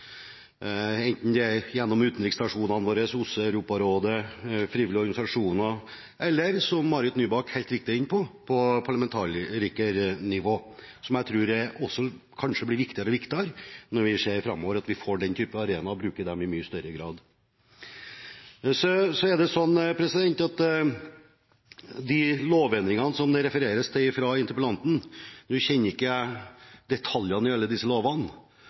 enten det er gjennom utenriksstasjonene våre, OSSE, Europarådet, frivillige organisasjoner, eller på parlamentarikernivå, som Marit Nybakk helt riktig var inne på, og som jeg tror kanskje blir viktigere og viktigere Når vi ser framover, tror jeg det kanskje blir viktigere og viktigere at vi får den typen arenaer og bruker dem i mye større grad. Alle de lovendringene som det refereres til fra interpellanten, kjenner jeg ikke detaljene i,